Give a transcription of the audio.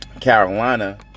Carolina